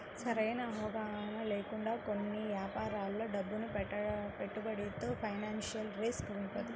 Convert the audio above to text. సరైన అవగాహన లేకుండా కొన్ని యాపారాల్లో డబ్బును పెట్టుబడితో ఫైనాన్షియల్ రిస్క్ వుంటది